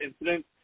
incident